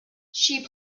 she